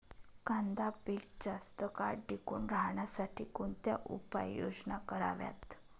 कांदा पीक जास्त काळ टिकून राहण्यासाठी कोणत्या उपाययोजना कराव्यात?